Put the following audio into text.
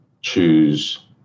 choose